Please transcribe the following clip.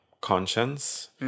conscience